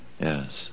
yes